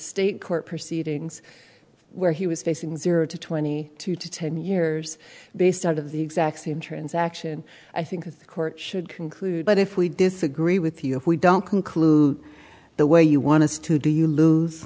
state court proceedings where he was facing zero to twenty two to ten years based out of the exact same transaction i think the court should conclude but if we disagree with you if we don't conclude the way you want to know you